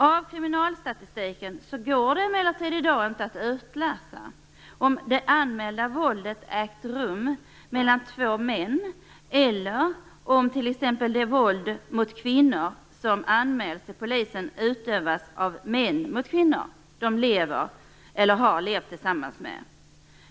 Av kriminalstatistiken går det emellertid inte att i dag utläsa om det anmälda våldet ägt rum mellan två män eller om t.ex. det våld mot kvinnor som anmäls till polisen utövats av män som dessa kvinnor lever eller har levt tillsammans med.